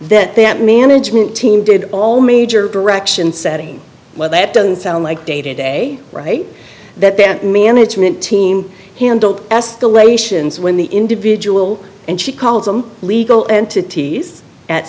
that that management team did all major direction setting well that doesn't sound like day to day right that that management team handled escalations when the individual and she called them legal entities at